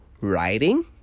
writing